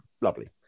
lovely